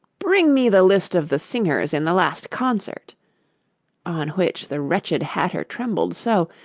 bring me the list of the singers in the last concert on which the wretched hatter trembled so,